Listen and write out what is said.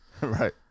right